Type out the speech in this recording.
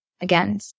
again